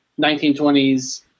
1920s